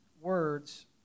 words